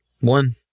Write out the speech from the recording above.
One